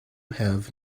have